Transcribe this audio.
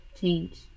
change